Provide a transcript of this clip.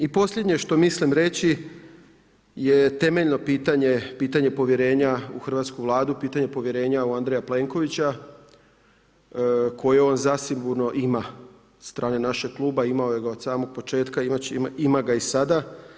I posljednje što mislim reći je temeljno pitanje, pitanje povjerenja u hrvatsku Vladu, pitanje povjerenja u Andreja Plenkovića koju on zasigurno ima od strane našeg kluba, imao ga je od samog početka, ima ga i sada.